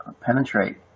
penetrate